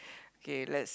K let's